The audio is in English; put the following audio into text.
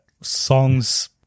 songs –